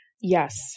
Yes